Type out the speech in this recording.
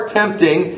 tempting